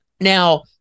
Now